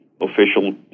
official